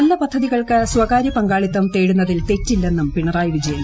നല്ല പദ്ധതികൾക്ക് സ്ഥകാര്യ പങ്കാളിത്തം തേടുന്നതിൽ തെറ്റില്ലെന്നും പിണറായി വിജയൻ